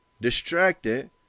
distracted